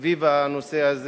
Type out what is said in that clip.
סביב הנושא הזה